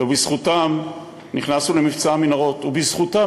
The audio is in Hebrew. בזכותם נכנסנו למבצע המנהרות ובזכותם